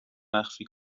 مخفی